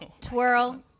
Twirl